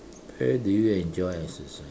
where do you enjoy ah